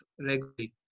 regularly